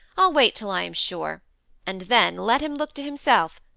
i'll wait till i am sure and then, let him look to himself.